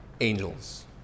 angels